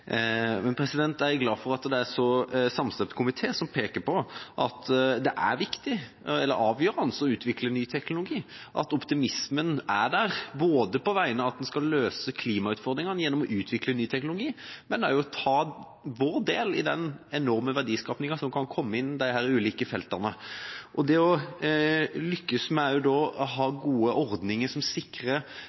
Jeg er glad for at det er en så samstemt komité som peker på at det er avgjørende å utvikle ny teknologi, og at optimismen er der, knyttet både til at en skal løse klimautfordringene gjennom å utvikle ny teknologi, og til at vi skal ta vår del av den enorme verdiskapingen som kan komme på disse ulike feltene. Det å da lykkes med å ha gode ordninger som sikrer